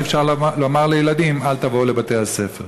אי-אפשר לומר לילדים אל תבואו לבתי-הספר.